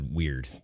weird